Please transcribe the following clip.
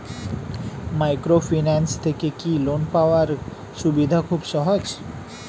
Microfinance থেকে কি loan পাওয়ার সুবিধা খুব সহজ?